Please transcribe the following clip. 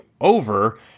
over